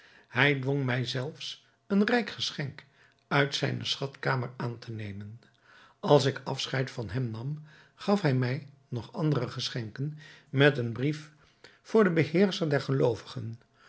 hij dwong mij zelfs een rijk geschenk uit zijne schatkamer aan te nemen als ik afscheid van hem nam gaf hij mij nog andere geschenken met een brief voor den beheerscher der geloovigen